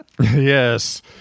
Yes